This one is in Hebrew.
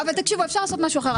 תקשיבו, אפשר לעשות משהו אחר.